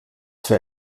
für